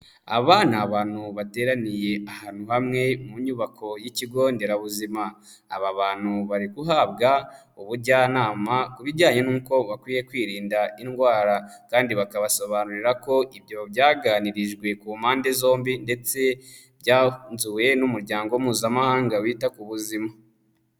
Aba ni abantu bateraniye ahantu hamwe mu nyubako y'ikigo nderabuzima, aba bantu bari guhabwa ubujyanama ku bijyanye n'uko bakwiye kwirinda indwara kandi bakabasobanurira ko ibyo byaganirijwe ku mpande zombi ndetse byanduwe n'Umuryango Mpuzamahanga wita ku buzima.